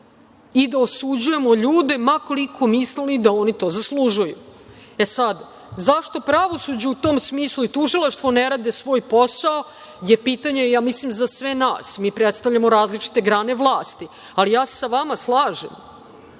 i da osuđujemo ljude, ma koliko mislili da oni to zaslužuju. Zašto pravosuđe u tom smislu i tužilaštvo ne rade svoj posao? To je pitanje za sve nas. Mi predstavljamo različite grane vlasti, ali ja se sa vama slažem. Dakle,